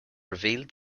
revealed